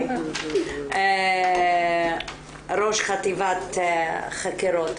ראש חטיבת חקירות.